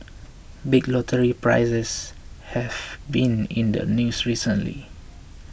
big lottery prizes have been in the news recently